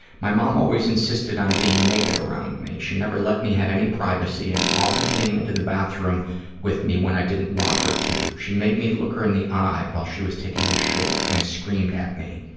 my mom always insisted on being naked around me. she never let me have any privacy and often came into the bathroom with me when i didn't want her to. she made me look her in the eye while she was taking a shit and screamed at me.